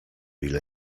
ile